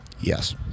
Yes